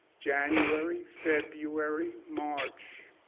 january, february, march,